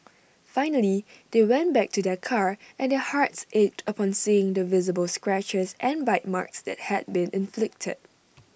finally they went back to their car and their hearts ached upon seeing the visible scratches and bite marks that had been inflicted